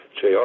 Jr